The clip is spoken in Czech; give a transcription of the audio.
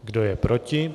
Kdo je proti?